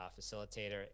facilitator